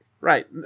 right